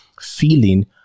feeling